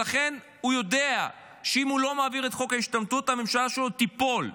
ולכן הוא יודע שאם הוא לא מעביר את חוק ההשתמטות הממשלה שלו תיפול.